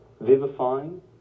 vivifying